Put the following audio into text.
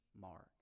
Mark